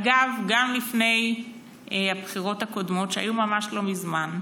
אגב, גם לפני הבחירות הקודמות, שהיו ממש לא מזמן,